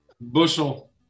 Bushel